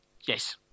Yes